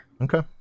okay